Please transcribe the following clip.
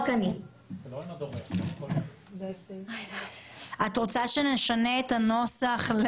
את רוצה שנשנה את הנוסח?